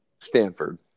Stanford